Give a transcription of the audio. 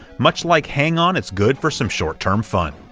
much like hang-on, it's good for some short-term fun.